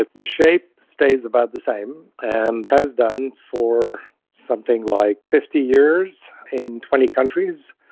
the shape stays about the same and has done for something like fifty years in twenty countries,